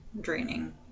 draining